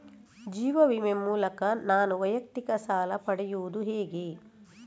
ಜೀವ ವಿಮೆ ಮೂಲಕ ನಾನು ವೈಯಕ್ತಿಕ ಸಾಲ ಪಡೆಯುದು ಹೇಗೆ?